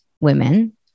women